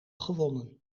gewonnen